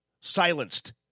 silenced